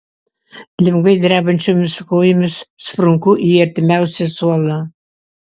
lengvai drebančiomis kojomis sprunku į artimiausią suolą